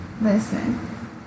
Listen